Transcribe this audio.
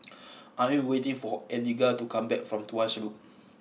I am waiting for Eliga to come back from Tuas Loop